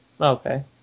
Okay